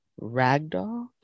ragdoll